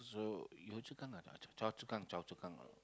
Yio Yio-Chu-Kang or Chua Chu Choa-Chu-Kang Choa-Chu-Kang